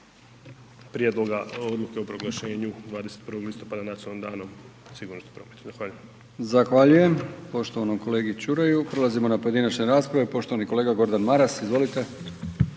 prijedloga, odluke o proglašenju 21. listopada Nacionalnim danom sigurnosti prometa. Zahvaljujem.